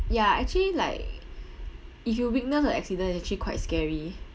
ya actually like if you witness a accident is actually quite scary